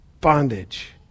bondage